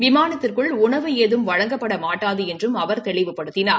விமானத்திற்குள் உணவு ஏதம் வழங்கப்பட மாட்டாது என்றும் அவர் தெளிவுபடுத்தினார்